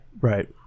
Right